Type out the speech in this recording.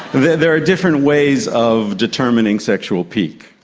there there are different ways of determining sexual peak.